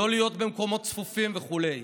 לא להיות במקומות צפופים וכו';